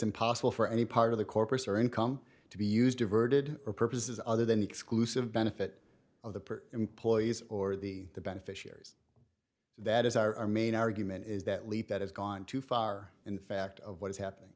impossible for any part of the corpus or income to be used diverted for purposes other than exclusive benefit of the per employees or the beneficiaries that is our main argument is that leap that has gone too far in fact of what is happening